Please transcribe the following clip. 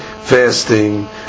fasting